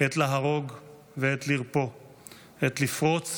עת להרוג ועת לרפוא, עת לפרוץ